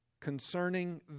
concerning